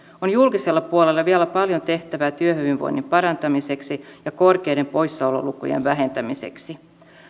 on julkisella puolella vielä paljon tehtävää työhyvinvoinnin parantamiseksi ja korkeiden poissaololukujen vähentämiseksi